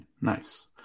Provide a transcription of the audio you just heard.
Nice